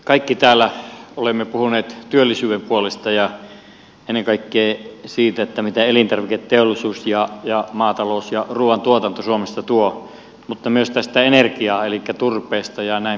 kaikki täällä olemme puhuneet työllisyyden puolesta ja ennen kaikkea siitä mitä elintarviketeollisuus ja maatalous ja ruuantuotanto suomesta tuo mutta myös tästä energiasta elikkä turpeesta jnp